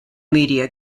media